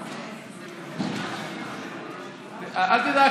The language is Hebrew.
אל תדאג,